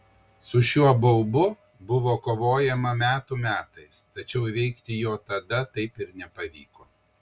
su šiuo baubu buvo kovojama metų metais tačiau įveikti jo tada taip ir nepavyko